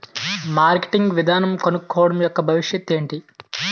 Marketing విధానం కనుక్కోవడం యెక్క భవిష్యత్ ఏంటి?